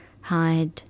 Hide